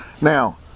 now